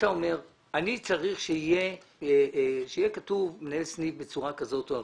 אומר שאתה צריך שיהיה כתוב מנהל סניף בצורה כזאת או אחרת.